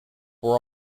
were